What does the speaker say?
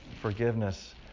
forgiveness